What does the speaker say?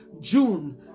June